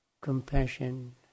compassion